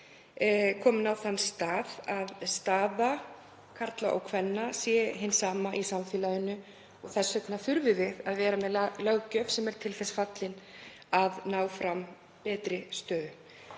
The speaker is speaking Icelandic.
komin á þann stað að staða karla og kvenna sé hin sama í samfélaginu og þess vegna þurfum við að vera með löggjöf sem er til þess fallin að ná fram betri stöðu.